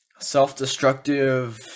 self-destructive